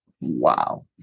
wow